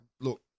look